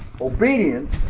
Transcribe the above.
obedience